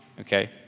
Okay